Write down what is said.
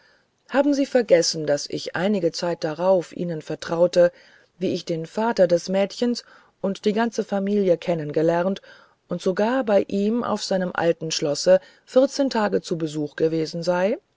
haben sie es vergessen daß ich einige zeit darauf ihnen vertraute wie ich den vater des mädchens und die ganze familie kennengelernt und sogar bei ihm auf seinem alten schlosse vierzehn tage zum besuch gewesen sei